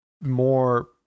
more